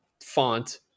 font